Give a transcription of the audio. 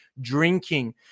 drinking